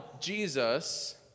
Jesus